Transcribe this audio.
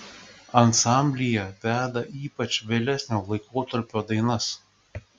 ansamblyje veda ypač vėlesnio laikotarpio dainas